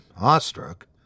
awestruck